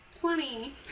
Twenty